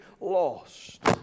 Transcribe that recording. lost